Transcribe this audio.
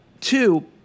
Two